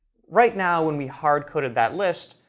right now when we hardcoded that list,